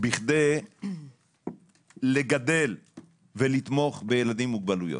כדי לגדל ולתמוך בילדים עם מוגבלויות.